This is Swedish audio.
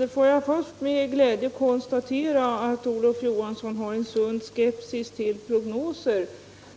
Herr talman! Först vill jag med glädje konstatera att Olof Johansson har en sund skepsis mot prognoser.